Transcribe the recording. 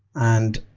and